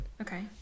okay